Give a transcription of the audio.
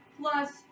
Plus